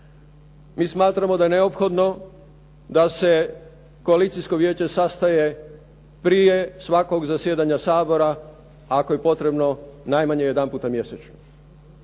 Mi smatramo da je neophodno da se koalicijsko vijeće sastaje prije svakog zasjedanja Sabora, ako je potrebno najmanje jedanputa mjesečno.